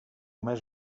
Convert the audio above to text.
més